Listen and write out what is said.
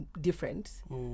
different